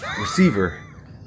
Receiver